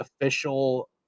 official